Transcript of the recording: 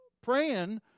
praying